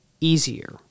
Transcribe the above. easier